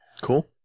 cool